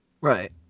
Right